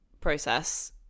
process